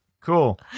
Cool